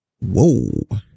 Whoa